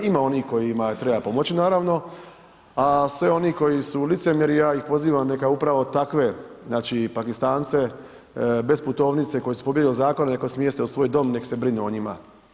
Ima onih kojima treba pomoći naravno a svi oni koji su licemjeri ja ih pozivam neka upravo takve znači Pakistance bez putovnice koji su pobjegli od zakona i ako ih smjeste u svoj dom nek se brinu o njima.